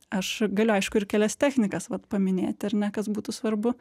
aš galiu aišku ir kelias technikas vat paminėti ar ne kas būtų svarbu